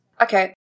Okay